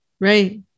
right